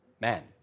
Man